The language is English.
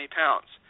pounds